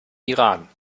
iran